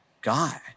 guy